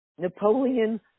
Napoleon